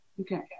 Okay